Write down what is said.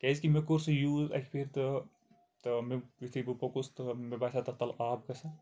کیازِ کہ مےٚ کوٚر سُہ یوٗز اَکہِ پھِر تہٕ تہٕ مےٚ یُتھٕے بہٕ پوٚکُس تہٕ مےٚ باسیٚو تَتھ تَلہٕ آب کھسان